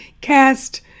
cast